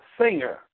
singer